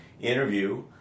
interview